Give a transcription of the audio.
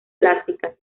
plásticas